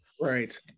right